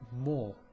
more